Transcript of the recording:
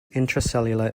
intracellular